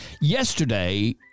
Yesterday